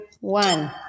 one